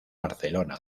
barcelona